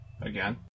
again